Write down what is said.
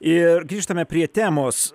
ir grįžtame prie temos